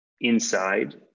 inside